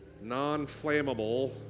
non-flammable